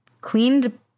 cleaned